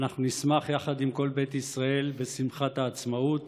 ואנחנו נשמח יחד עם כל בית ישראל בשמחת העצמאות